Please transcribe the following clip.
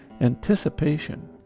Anticipation